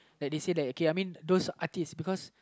like they say that like I mean okay those artists because